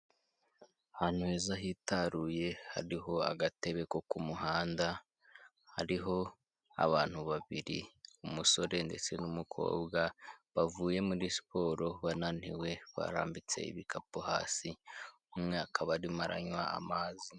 Ahantu heza hitaruye hariho agatebe ko ku muhanda, hariho abantu babiri umusore ndetse n'umukobwa bavuye muri siporo bananiwe, barambitse ibikapu hasi umwe akaba arimo aranywa amazi.